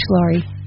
Lori